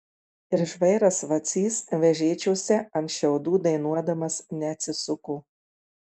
ir žvairas vacys vežėčiose ant šiaudų dainuodamas neatsisuko